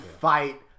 fight